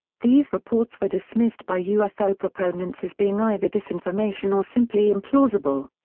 these reports were dismissed by ufo proponents as being either disinformation or simply implausible.